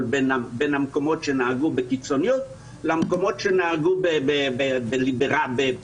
בין המקומות שנהגו בקיצוניות למקומות שנהגו ---.